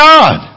God